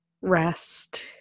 rest